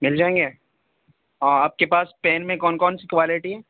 مل جائیں گے ہاں آپ کے پاس پین میں کون کون سی کوالٹی ہے